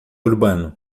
urbano